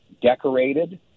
decorated